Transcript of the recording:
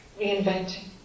reinventing